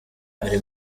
ari